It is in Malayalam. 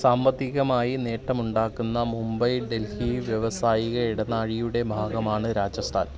സാമ്പത്തികമായി നേട്ടമുണ്ടാക്കുന്ന മുംബൈ ഡൽഹി വ്യാവസായിക ഇടനാഴിയുടെ ഭാഗമാണ് രാജസ്ഥാൻ